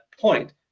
point